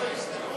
מה זה,